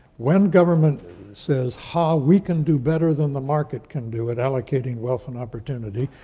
when government says, ha, we can do better than the market can do at allocating wealth and opportunity,